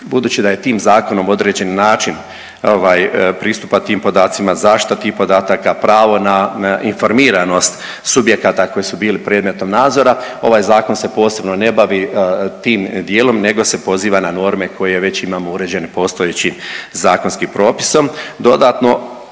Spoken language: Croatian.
budući da je tim Zakonom određen način ovaj, pristupa tim podacima, zaštita tih podataka, pravo na informiranost subjekata koji su bili predmetom nadzora, ovaj Zakon se posebno ne bavi tim dijelom nego se poziva na norme koje već imamo uređene postojećim zakonskim propisom.